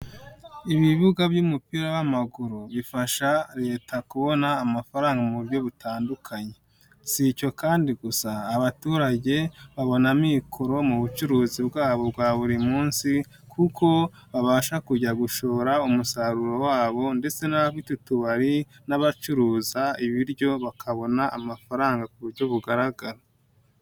Ibibuga by'umupira w'amaguru bifasha Leta kubona amafaranga mu buryo butandukanye, si icyo kandi gusa abaturage babona amikoro mu bucuruzi bwabo bwa buri munsi kuko babasha kujya gushora umusaruro wabo ndetse n'abafite utubari n'abacuruza ibiryo bakabona amafaranga ku buryo bugaragara.